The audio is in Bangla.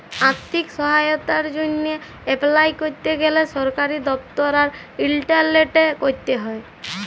আথ্থিক সহায়তার জ্যনহে এপলাই ক্যরতে গ্যালে সরকারি দপ্তর আর ইলটারলেটে ক্যরতে হ্যয়